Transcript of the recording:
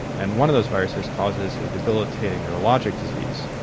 and one of those viruses causes a debilitating neurologic disease.